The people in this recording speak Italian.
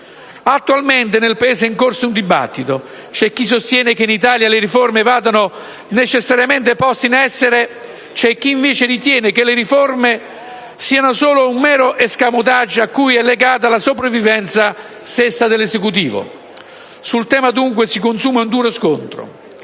Attualmente nel Paese è in corso un dibattito: c'è chi sostiene che in Italia le riforme vadano necessariamente poste in essere, c'è chi invece ritiene che le riforme siano solo un mero *escamotage* cui è legata la sopravvivenza stessa dell'Esecutivo. Sul tema, dunque, si consuma un duro scontro.